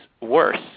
worse